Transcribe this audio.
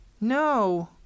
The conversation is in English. No